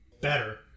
better